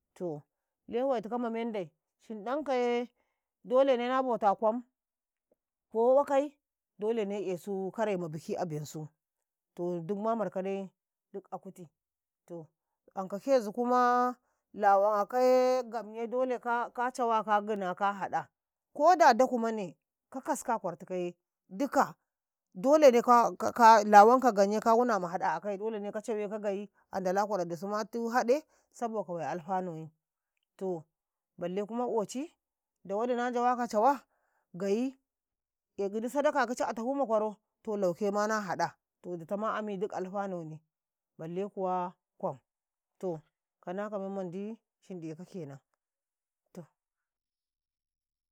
﻿to Lewaitika ma mende shinɗan kaye dole nai na bauta kwam ko kwakai dole esu karaima ɗakwaro a bensu to dumma marka dai giɗ a kuti. Anka kezi kuma lawakaye gamye doleine ka cawa ka gina ka haɗa dakuma ne ka kaska a kwartikaye giɗ dolaine ka lawanka ganye ka wuna ma haɗa a akai ka cawe ka gayi ka haɗe a ndala kwarau dusuma tu haɗe domancintau wai alfanoyi to oci dau wadi na njawa cawa gayi eyi gidi sadaka kicai a tafu ma kwaro laukema na haɗa to ditauma ami giɗ alfanone bale kuwa kwam to kanafa men mandishinɗeka kenam toh.